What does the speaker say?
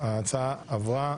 ההצעה עברה.